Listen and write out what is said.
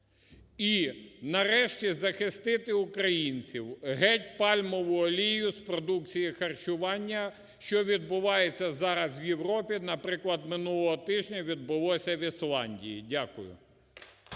і нарешті захистити українців. Геть пальмову олію з продукції харчування, що відбувається зараз в Європі, наприклад, минулого тижня відбулося в Ісландії. Дякую.